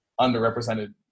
underrepresented